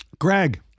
Greg